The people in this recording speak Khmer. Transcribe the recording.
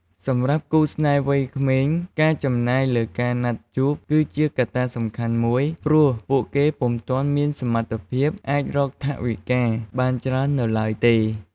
សម្រាប់គូស្នេហ៍វ័យក្មេង ការចំណាយលើការណាត់ជួបគឺជាកត្តាសំខាន់មួយ ព្រោះពួកគេពុំទាន់មានសមត្ថភាពអាចរកថវិកាបានច្រើននៅឡើយទេ។